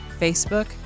Facebook